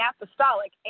apostolic